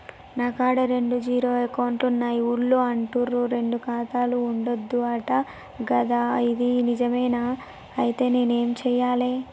నా కాడా రెండు జీరో అకౌంట్లున్నాయి ఊళ్ళో అంటుర్రు రెండు ఖాతాలు ఉండద్దు అంట గదా ఇది నిజమేనా? ఐతే నేనేం చేయాలే?